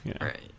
Right